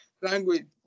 language